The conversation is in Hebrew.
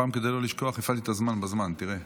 הפעם, כדי לא לשכוח, הפעלתי את הזמן בזמן, תראה.